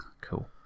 cool